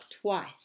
twice